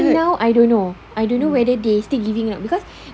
but now I don't know I don't know whether they still giving out because